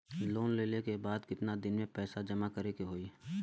Loan लेले के बाद कितना दिन में पैसा जमा करे के होई?